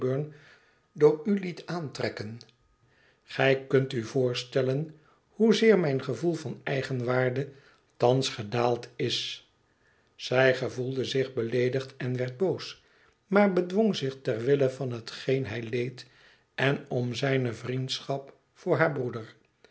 door u liet aantrekken gij kunt u voorstellen hoezeer mijn gevoel van eigenwaarde thans gedaald is zij gevoelde zich beleedigd en werd boos maar bedwong zich ter wille van hetgeen hij leed en om zijne vriendschap voor haar broeder